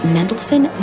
Mendelssohn